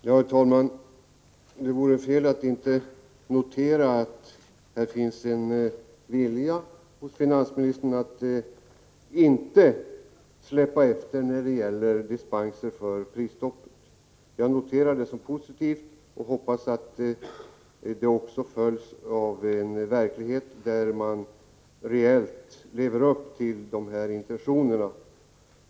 Herr talman! Det vore fel att underlåta notera att det finns en vilja hos finansministern att inte släppa efter när det gäller dispanser från prisstoppet. Jag noterar detta som positivt och hoppas att det också följs av en verklighet, där man reellt lever upp till dessa intentioner.